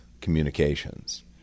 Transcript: communications